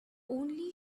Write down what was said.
only